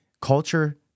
Culture